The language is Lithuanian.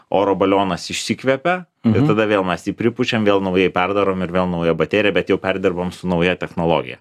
oro balionas išsikvepia bet tada vėl mes jį pripučiam vėl naujai perdarom ir vėl nauja baterija bet jau perdirbam su nauja technologija